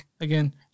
again